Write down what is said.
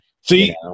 see